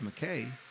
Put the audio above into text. McKay